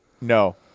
no